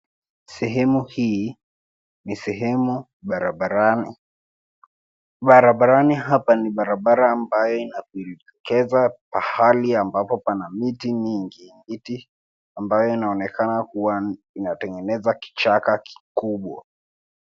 Sehemu hii ni sehemu barabarani. Barabarani hapa ni barabara ambayo inajitokeza pahali ambapo pana miti mingi miti ambayo inaonekana kuwa inatengeneza kichaka kikubwa.